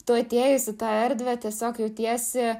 tu atėjusi į tą erdvę tiesiog jautiesi